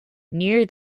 near